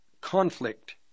conflict